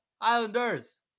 Islanders